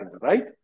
right